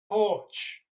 porch